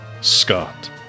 Scott